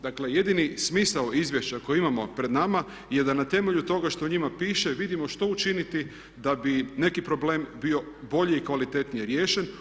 Dakle, jedini smisao izvješća koje imamo pred nama je da na temelju toga što u njima piše vidimo što učiniti da bi neki problem bio bolji i kvalitetnije riješen.